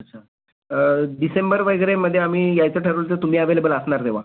अच्छा डिसेंबर वगैरेमध्ये आम्ही यायचं ठरवलं तर तुम्ही ॲवेलेबल असणार तेव्हा